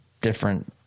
different